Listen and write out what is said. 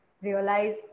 realize